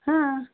हां